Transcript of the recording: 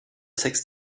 sechs